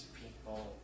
people